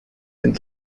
sind